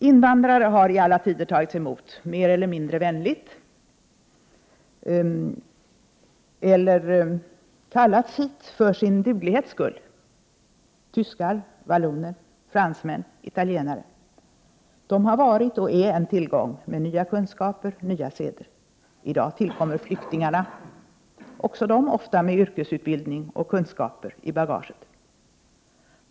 Invandrare har i alla tider tagits emot mer eller mindre vänligt eller kallats hit för sin duglighets skull; tyskar, valloner, fransmän, italienare m.fl. De har varit och är en tillgång med nya kunskaper, nya seder. I dag tillkommer flyktingarna, också de ofta med yrkesutbildning och kunskaper i bagaget.